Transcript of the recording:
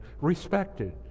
respected